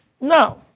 Now